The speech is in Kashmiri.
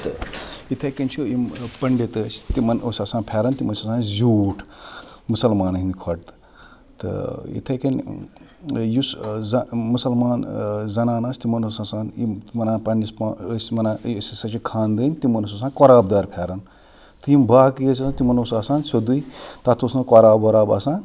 تہٕ یِتھَے کٔنۍ چھُ یِم پٔنڈِت ٲسۍ تِمَن اوس آسان پھٮ۪رَن تِم ٲسۍ آسان زیوٗٹھ مُسلمانَن ہِنٛدۍ کھۄتہٕ تہٕ یِتھَے کٔنۍ یُس زَ مُسلمان زَنان آسہٕ تِمَن اوس آسان یِم وَنان پَنٛنِس پا ٲسۍ وَنان اے أسۍ ہَسا چھِ خانٛدٲنۍ تِمَن اوس آسان قۄراب دار پھٮ۪رَن تہٕ یِم باقٕے ٲسۍ آسان تِمَن اوس آسان سیوٚدُے تَتھ اوس نہٕ قۄراب وۄراب آسان